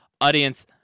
Audience